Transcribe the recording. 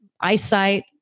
eyesight